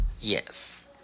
Yes